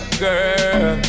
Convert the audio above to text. girl